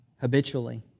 habitually